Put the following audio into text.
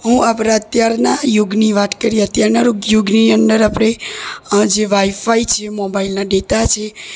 હું આપણા અત્યારના યુગની વાત કરી અત્યારના યુગની અંદર આપણે જે વાઈફાઈ છે મોબાઇલના ડેટા છે